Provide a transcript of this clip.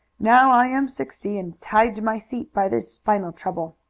now i am sixty and tied to my seat by this spinal trouble.